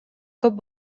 көп